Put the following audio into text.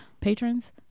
patrons